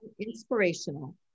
inspirational